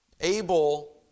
Abel